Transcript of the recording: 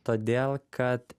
todėl kad